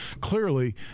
clearly